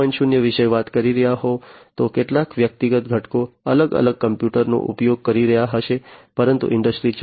0 વિશે વાત કરી રહ્યાં હોવ તો કેટલાક વ્યક્તિગત ઘટકો અલગ અલગ કોમ્પ્યુટરનો ઉપયોગ કરી રહ્યાં હશે પરંતુ ઇન્ડસ્ટ્રી 4